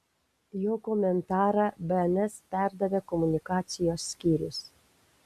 jo komentarą bns perdavė komunikacijos skyrius